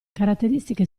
caratteristiche